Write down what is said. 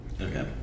Okay